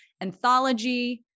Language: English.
Anthology